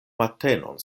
matenon